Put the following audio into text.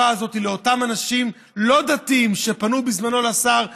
הזאת לאותם אנשים לא דתיים שפנו בזמנו לשר ואמרו: